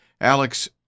Alex